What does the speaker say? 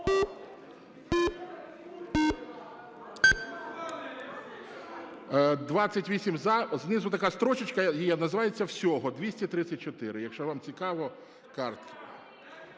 За-28 Знизу така строчечка є, називається "всього" – 234, якщо вам цікаво, картки.